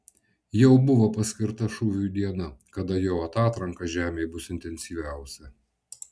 jau buvo paskirta šūviui diena kada jo atatranka žemei bus intensyviausia